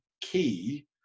key